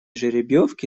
жеребьевки